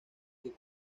que